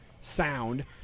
sound